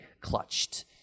clutched